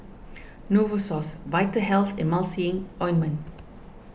Novosource Vitahealth Emulsying Ointment